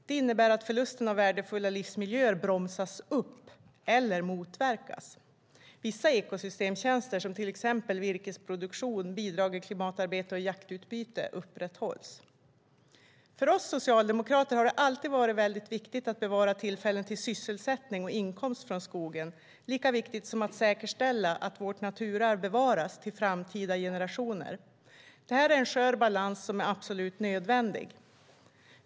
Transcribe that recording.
Det innebär att förlusten av värdefulla livsmiljöer bromsas upp eller motverkas. Vissa ekosystemstjänster, till exempel virkesproduktion, bidrag till klimatarbete och jaktutbyte, upprätthålls. För oss socialdemokrater har det alltid varit väldigt viktigt att bevara tillfällen till sysselsättning och inkomst från skogen, lika viktigt som att säkerställa att vårt naturarv bevaras till framtida generationer. Det är en skör balans som är absolut nödvändig.